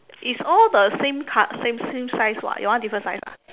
it's all the same col~ same same size [what] your one different size ah